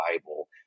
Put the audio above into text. Bible